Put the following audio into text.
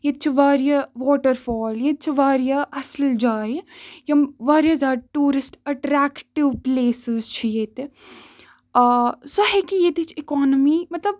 ییٚتہِ چھِ واریاہ واٹر فال ییٚتہِ چھِ واریاہ اَصٕل جایہِ یِم واریاہ زیادٕ ٹوٗرِسٹ اٹریکٹِو پٕلیسِز چھِ ییٚتہِ آ سُہ ہیٚکہِ ییٚتِچ اِکانمی مطلب